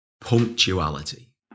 punctuality